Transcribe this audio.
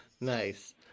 Nice